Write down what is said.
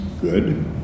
good